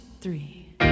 three